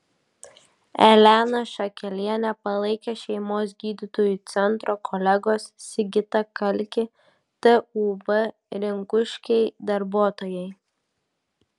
eleną šakelienę palaikė šeimos gydytojų centro kolegos sigitą kalkį tūb rinkuškiai darbuotojai